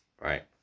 right